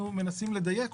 אנחנו מנסים לדייק.